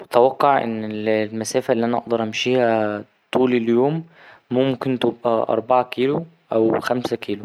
أتوقع إن الـ ـ المسافة اللي أنا أقدر أمشيها طول اليوم ممكن تبقى أربعة كيلو أو خمسة كيلو.